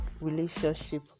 relationship